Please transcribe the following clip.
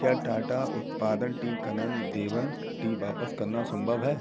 क्या उत्पाद Tata tea Kanan Devan tea वापस करना सम्भव है